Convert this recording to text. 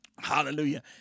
Hallelujah